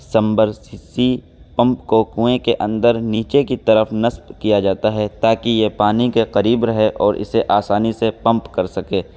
سمبرسیسی pump کو کنویں کے اندر نیچے کی طرف نصب کیا جاتا ہے تاکہ یہ پانی کے قریب رہے اور اسے آسانی سے پمپ کر سکے